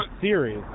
series